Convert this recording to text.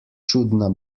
čudna